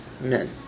men